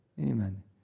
Amen